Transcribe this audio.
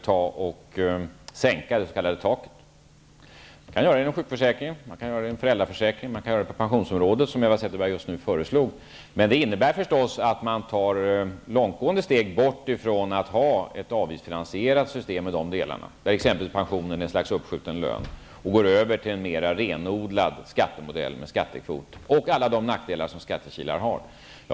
Man kan göra det inom sjukförsäkringen och föräldraförsäkringen. Man kan också göra det på pensionsområdet, vilket Eva Zetterberg föreslog. Men det innebär naturligtvis att man tar långtgående steg bort från ett avgiftsfinansierat system, där exempelvis pensionen är ett slags uppskjuten lön, och går över till en mera renodlad skattemodell med skattekvot med alla de nackdelar som skattekilar har.